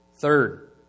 Third